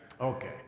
Okay